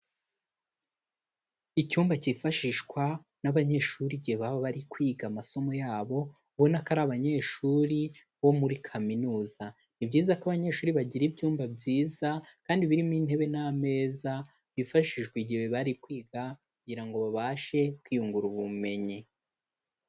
Icyumba kifashishwa n'abanyeshuri igihe baba bari kwiga amasomo yabo, ubona ko ari abanyeshuri bo muri Kaminuza. Ni byiza ko abanyeshuri bagira ibyumba byiza kandi birimo intebe n'ameza bifashishwa igihe bari kwiga kugira ngo babashe kwiyungura ubumenyi.